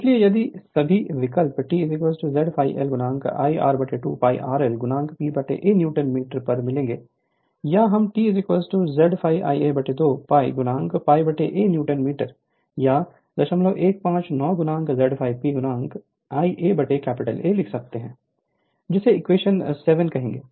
इसलिए यदि सभी विकल्प T Z∅L I r2 π rl P A newton metre पर मिलेंगे या हम T Z∅ Ia 2 π P A newton metre या 0159 Z∅pIaA लिख सकते हैं जिसे इक्वेशन सेवन कहेंगे